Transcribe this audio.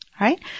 right